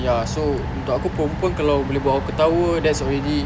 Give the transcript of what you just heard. ya so untuk aku perempuan kalau boleh buat aku ketawa that's already